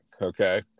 okay